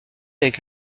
avec